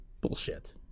Bullshit